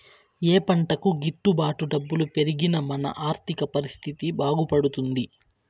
ఏ పంటకు గిట్టు బాటు డబ్బులు పెరిగి మన ఆర్థిక పరిస్థితి బాగుపడుతుంది?